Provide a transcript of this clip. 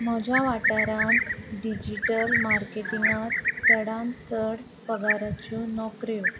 म्हज्या वाठारांत डिजिटल मार्केटींगांत चडांत चड पगाराच्यो नोकऱ्यो